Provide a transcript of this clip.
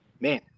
man